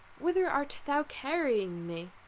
whither art thou carrying me?